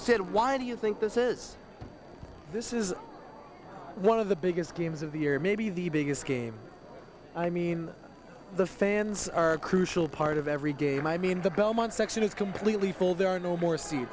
said why do you think this is this is one of the biggest games of the year maybe the biggest game i mean the fans are a crucial part of every game i mean the belmont section is completely full there are no more s